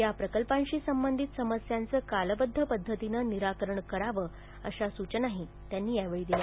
या प्रकल्पांशी संबंधित समस्यांचं कालबद्ध पद्धतीनं निराकरण करावं अशी सूचनाही त्यांनी केली